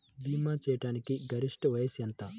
భీమా చేయాటానికి గరిష్ట వయస్సు ఎంత?